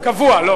קבוע.